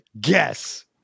Guess